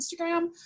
instagram